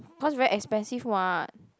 cause very expensive [what]